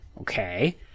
Okay